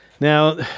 Now